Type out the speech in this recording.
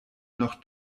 noch